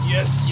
Yes